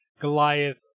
goliath